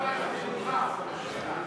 מועצת ירוחם.